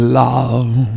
love